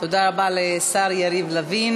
תודה רבה לשר יריב לוין.